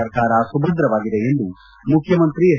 ಸರ್ಕಾರ ಸುಭದ್ರವಾಗಿದೆ ಎಂದು ಮುಖ್ಯಮಂತ್ರಿ ಹೆಚ್